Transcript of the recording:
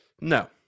No